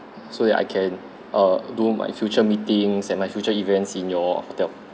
so that I can err do my future meetings and my future events in your hotel